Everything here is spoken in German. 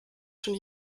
schon